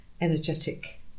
energetic